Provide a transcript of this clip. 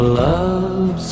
love